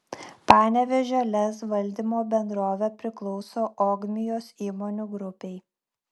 panevėžio lez valdymo bendrovė priklauso ogmios įmonių grupei